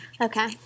Okay